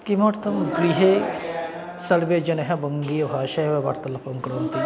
किमर्थं गृहे सर्वे जनाः वङ्गीयभाषायाम् एव वार्तालापं कुर्वन्ति